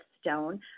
Stone